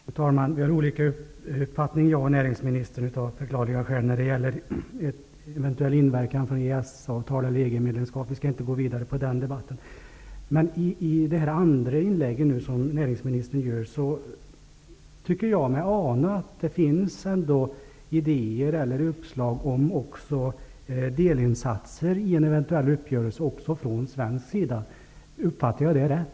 Fru talman! Vi har av förklarliga skäl olika uppfattningar jag och näringsministern när det gäller en eventuell inverkan av EES-avtal eller EG medlemskap. Vi skall inte gå vidare med den debatten. I näringsministerns andra inlägg tycker jag mig ana att det finns idéer eller uppslag om delinsatser även från svensk sida i en eventuell uppgörelse. Uppfattar jag det rätt?